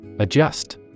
Adjust